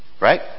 Right